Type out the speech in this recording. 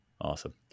Awesome